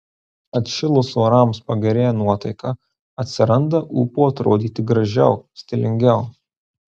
atšilus orams pagerėja nuotaika atsiranda ūpo atrodyti gražiau stilingiau